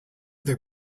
their